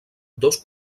dos